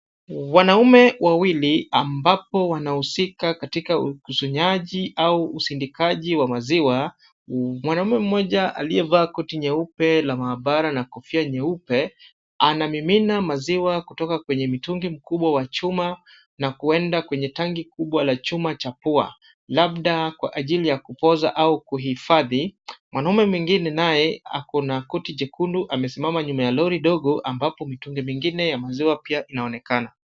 Wanaume wawili ambapo wanahusika katika ukusanyaji au usindikaji wa maziwa, mwanaume mmoja aliyevaa koti nyeupe la maabara na kofia nyeupe, anamimina maziwa kutoka kwenye mitungi mkubwa wa chuma na kuenda kwenye tangi kubwa la chuma cha pua. Labda kwa ajili ya kupoza au kuhifadhi, mwanaume mwingine naye akona koti jekundu amesimama nyuma ya lori dogo ambapo mitungi mingine ya maziwa pia inaonekana.